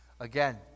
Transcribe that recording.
again